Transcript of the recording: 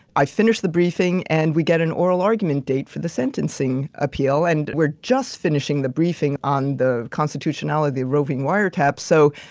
i finished the briefing, and we get an oral argument date for the sentencing appeal and we're just finishing the briefing on the constitutionality of the roving wiretap. so,